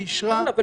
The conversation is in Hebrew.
אין בשום מקום